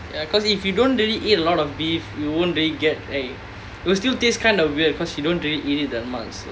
ya because if you don't really eat a lot of beef you won't really get like it will still taste kind of weird because you don't really eat it that much so